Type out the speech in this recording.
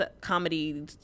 comedy